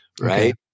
right